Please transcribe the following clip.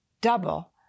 double